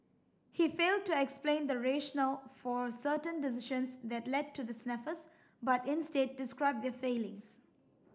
he failed to explain the rationale for certain decisions that led to the snafus but instead described their failings